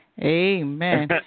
amen